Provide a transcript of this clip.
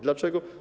Dlaczego?